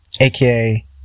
aka